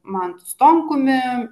mantu stonkumi